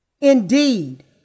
Indeed